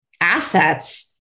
assets